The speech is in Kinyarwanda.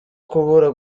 kubura